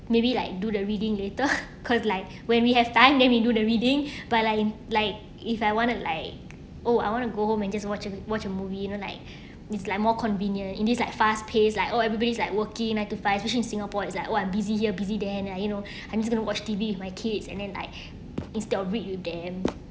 maybe like do the reading later cause like when we have time then we do the reading but line like if I want to like oh I want to go home and just watch watch a movie you know like is like more convenient in this like fast paced like oh everybody's like working nine to five which in singapore is like what busy here busy there and then you know I'm just going to watch T_V with my kids and then like instead of read with them